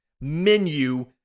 menu